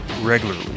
regularly